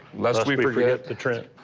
lest we forget the trent.